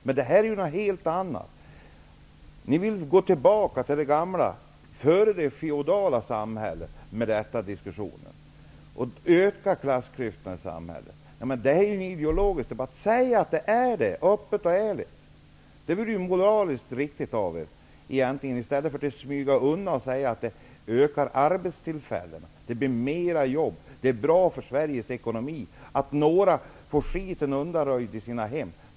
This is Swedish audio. Men det här är något helt annat. Ni vill gå tillbaka till det gamla, det feodala samhället, med denna diskussion och öka klassklyftorna i samhället. Ni hävdar att det inte är ideologiskt. Säg i stället öppet och ärligt att det är det! Det vore moraliskt riktigt av er i stället för att smyga undan och säga att arbetstillfällena ökar, att det blir fler jobb, och det är bra för Sveriges ekonomi att några får skiten utanröjd i sina hem.